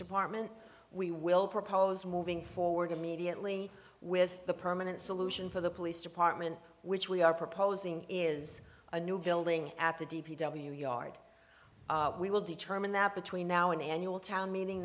department we will propose moving forward immediately with the permanent solution for the police department which we are proposing is a new building at the d p w yard we will determine that between now an annual town meeting